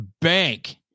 bank